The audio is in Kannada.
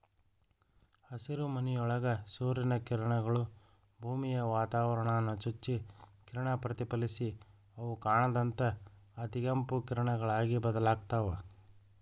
ಹಸಿರುಮನಿಯೊಳಗ ಸೂರ್ಯನ ಕಿರಣಗಳು, ಭೂಮಿಯ ವಾತಾವರಣಾನ ಚುಚ್ಚಿ ಕಿರಣ ಪ್ರತಿಫಲಿಸಿ ಅವು ಕಾಣದಂತ ಅತಿಗೆಂಪು ಕಿರಣಗಳಾಗಿ ಬದಲಾಗ್ತಾವ